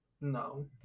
No